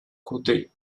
côté